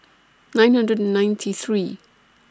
nine hundred and ninety three